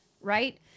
right